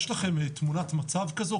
יש לכם תמונת מצב כזו?